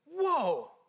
whoa